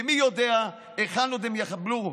מי יודע היכן עוד הם יחבלו.